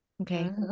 Okay